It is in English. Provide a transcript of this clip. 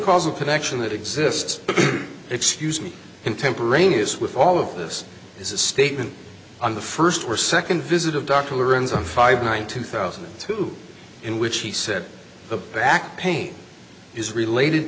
causal connection that exists excuse me contemporaneous with all of this is a statement on the first or second visit of dr lorenzo five nine two thousand and two in which he said the back pain is related